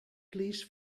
please